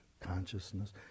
consciousness